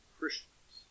Christians